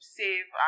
save